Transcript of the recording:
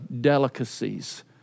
delicacies